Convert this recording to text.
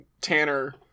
Tanner